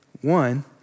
One